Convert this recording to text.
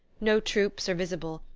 no troops are visible,